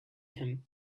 him